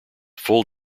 full